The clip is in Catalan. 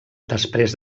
després